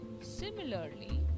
similarly